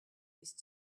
with